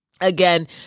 again